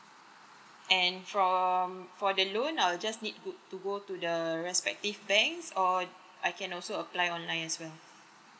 and from for the loan I'll just need to to go to the respective banks or I can also apply online as well